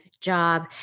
job